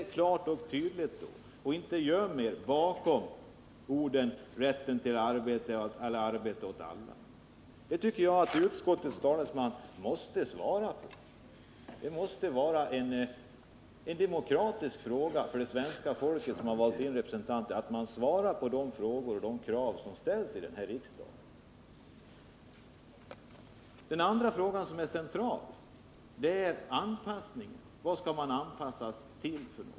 Säg det klart och tydligt då, och göm er inte bakom orden ”rätten till arbete åt alla”! Detta tycker jag att utskottets talesman måste svara på, eftersom det måste vara en demokratisk rättighet för det svenska folket, som har valt in sina representanter i riksdagen, att få svar på de frågor och krav som ställs i riksdagen. Den andra centrala frågan gäller anpassningen. Vad skall de arbetshandikappade anpassas till?